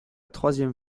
troisième